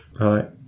Right